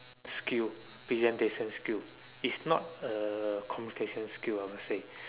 skill presentation skill it's not a communication skill I would say